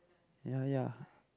ya ya